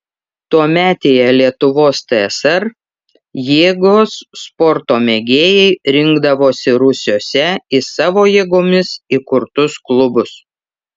tuometėje lietuvos tsr jėgos sporto mėgėjai rinkdavosi rūsiuose į savo jėgomis įkurtus klubus